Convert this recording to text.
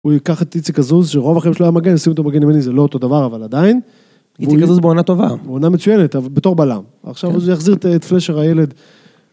הוא ייקח את איציק עזוז, שרוב החייבת שלו היה מגן, וישים אותו מגן ימני, זה לא אותו דבר, אבל עדיין. איציק עזוז הוא בעונה טובה. בעונה מצוינת, בתור בלם. עכשיו הוא יחזיר את פלשר הילד.